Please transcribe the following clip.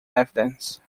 evidence